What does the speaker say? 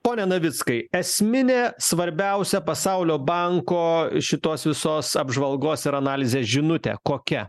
pone navickai esminė svarbiausia pasaulio banko šitos visos apžvalgos ir analizės žinutė kokia